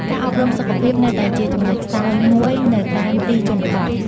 ការអប់រំសុខភាពនៅតែជាចំណុចខ្សោយមួយនៅតាមទីជនបទ។